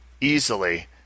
easily